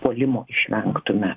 puolimo išvengtume